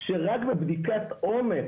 שרק בבדיקת עומק,